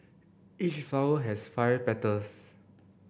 each flower has five petals